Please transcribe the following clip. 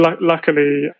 luckily